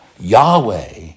Yahweh